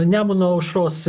nemuno aušros